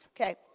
Okay